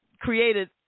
created